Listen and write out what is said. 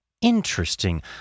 interesting